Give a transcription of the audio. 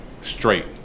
Straight